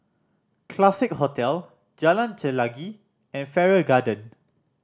Classique Hotel Jalan Chelagi and Farrer Garden